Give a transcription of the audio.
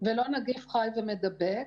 ולא נגיף חי ומדבק.